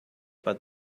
but